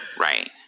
Right